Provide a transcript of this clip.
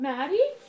Maddie